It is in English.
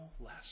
less